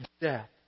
death